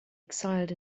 exiled